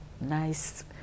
nice